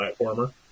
platformer